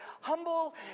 humble